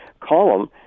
column